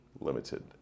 limited